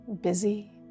busy